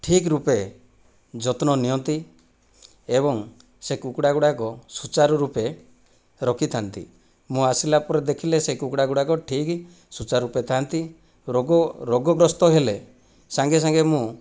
ଠିକ ରୂପେ ଯତ୍ନ ନିଅନ୍ତି ଏବଂ ସେ କୁକୁଡ଼ା ଗୁଡ଼ାକ ସୁଚାର ରୂପେ ରଖିଥାଆନ୍ତି ମୁଁ ଆସିଲାପରେ ଦେଖିଲେ ସେ କୁକୁଡ଼ାଗୁଡ଼ାକ ଠିକ ସୂଚାର ରୂପେ ଥାନ୍ତି ରୋଗ ରୋଗଗ୍ରସ୍ତ ହେଲେ ସାଙ୍ଗେସାଙ୍ଗେ ମୁଁ